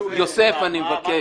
------ יוסף, אני מבקש.